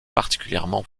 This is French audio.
particulièrement